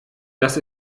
dass